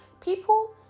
People